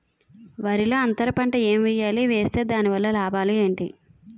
వరిలో అంతర పంట ఎం వేయాలి? వేస్తే దాని వల్ల లాభాలు ఏంటి?